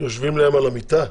יושבים להם על המיטה?